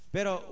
Pero